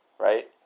Right